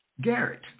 Garrett